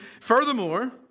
furthermore